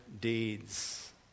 deeds